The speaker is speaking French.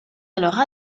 alors